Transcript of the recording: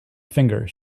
finger